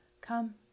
Come